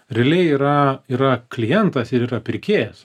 realiai yra yra klientas ir yra pirkėjas